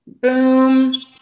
boom